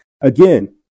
again